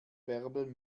bärbel